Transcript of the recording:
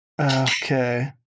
Okay